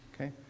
Okay